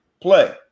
play